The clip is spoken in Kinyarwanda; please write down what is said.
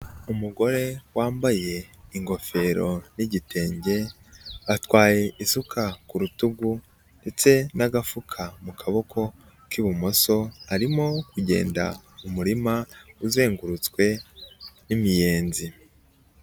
Umugore wambaye ingofero n'igitenge, atwaye isuka ku rutugu ndetse n'agafuka mu kaboko k'ibumoso, arimo kugenda mu muririma uzengurutswe n'imiyenzi.